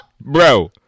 Bro